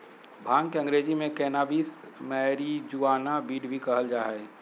भांग के अंग्रेज़ी में कैनाबीस, मैरिजुआना, वीड भी कहल जा हइ